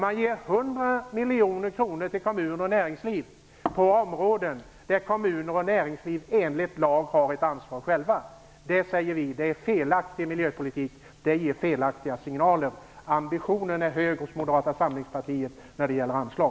Man ger 100 miljoner kronor till kommuner och näringsliv på områden där kommuner och näringsliv enligt lag själva har ett ansvar! Det är felaktig miljöpolitik, säger vi. Det ger felaktiga signaler. Ambitionen är hög hos Moderata samlingspartiet när det gäller anslag.